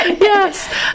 Yes